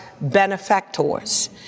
Benefactors